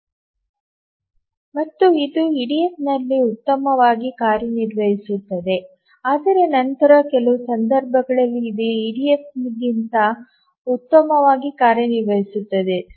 ಮತ್ತು ಇದು ಇಡಿಎಫ್ನಂತೆ ಉತ್ತಮವಾಗಿ ಕಾರ್ಯನಿರ್ವಹಿಸುತ್ತದೆ ಆದರೆ ನಂತರ ಕೆಲವು ಸಂದರ್ಭಗಳಲ್ಲಿ ಇದು ಇಡಿಎಫ್ಗಿಂತ ಉತ್ತಮವಾಗಿ ಕಾರ್ಯನಿರ್ವಹಿಸುತ್ತದೆ